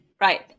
Right